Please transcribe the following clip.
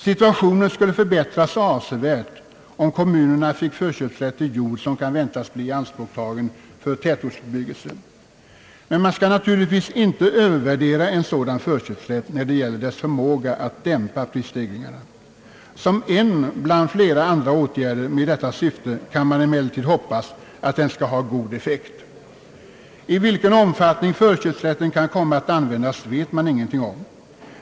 Situationen skulle förbättras avsevärt om kommunerna fick förköpsrätt till jord som kan väntas bli ianspråktagen för tätortsbebyggelse. Men man skall naturligtvis inte övervärdera en sådan förköpsrätt när det gäller dess förmåga att dämpa prisstegringarna. Som en bland flera andra åtgärder med detta syfte kan man emellertid hoppas att den skall ha god effekt. I vilken omfattning förköpsrätten kan komma att användas vet man ingenting om.